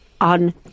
on